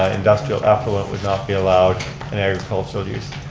ah industrial effluent would not be allowed and agricultural use.